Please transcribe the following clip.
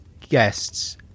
guests